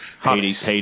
Hades